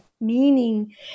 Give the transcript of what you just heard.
meaning